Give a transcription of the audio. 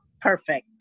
perfect